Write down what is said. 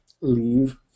leave